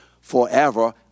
forever